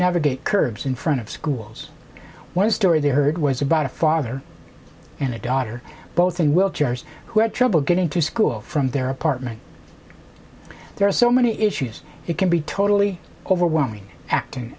navigate curbs in front of schools one story they heard was about a father and a daughter both in will chairs who had trouble getting to school from their apartment there are so many issues it can be totally overwhelming acting